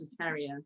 terrier